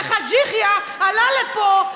וחאג' יחיא עלה לפה,